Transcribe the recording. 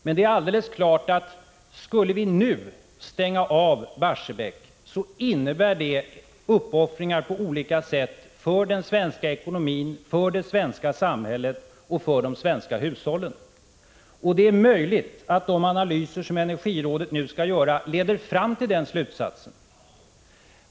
Men det är alldeles klart att skulle vi nu stänga av Barsebäck, så innebär det uppoffringar på olika sätt för den svenska ekonomin, för det svenska samhället och för de svenska hushållen. Det är möjligt att de analyser som Energirådet nu gör leder fram till den slutsatsen att vi bör göra det.